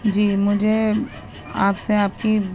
جی مجھے آپ سے آپ کی